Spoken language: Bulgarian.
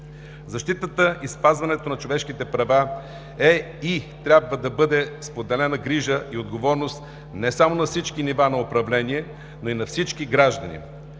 Защитата и спазването на човешките права е и трябва да бъде споделена грижа и отговорност не само на всички нива на управление, но и на всички граждани.